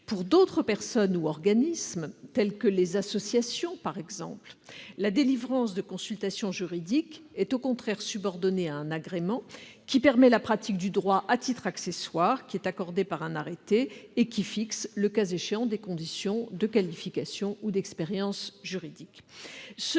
Pour d'autres personnes ou organismes, telles les associations, par exemple, la délivrance de consultations juridiques est au contraire subordonnée à un agrément qui permet la pratique du droit à titre accessoire, qui est accordé par un arrêté et qui fixe, le cas échéant, des conditions de qualification ou d'expérience juridique.